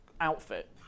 outfit